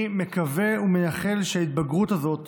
אני מקווה ומייחל שההתבגרות הזאת